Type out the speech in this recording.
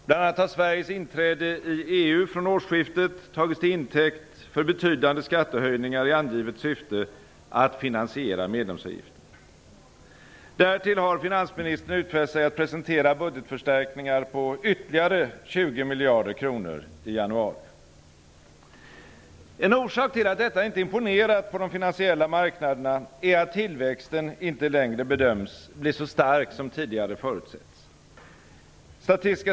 Bl.a. har Sveriges inträde i EU från årsskiftet tagits till intäkt för betydande skattehöjningar i angivet syfte att finansiera medlemsavgiften. Därtill har finansministern utfäst sig att presentera budgetförstärkningar på ytterligare 20 miljarder kronor i januari. En orsak till att detta inte imponerat på de finansiella marknaderna är att tillväxten inte längre bedöms bli så stark som tidigare förutsetts.